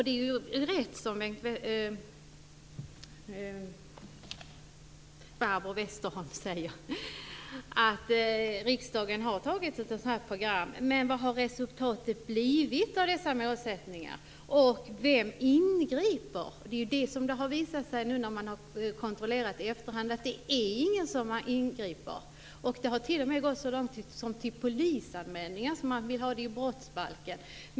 Det är riktigt som Barbro Westerholm säger att riksdagen har antagit ett sådant program, men vad har resultatet av dessa målsättningar blivit? Och vem ingriper? När man har kontrollerat detta i efterhand har det visat sig att det inte är någon som ingriper. Det har t.o.m. gått så långt som till polisanmälningar för att man vill ha med det i brottsbalken.